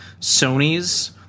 Sonys